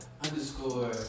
Underscore